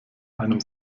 einem